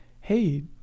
hey